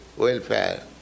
Welfare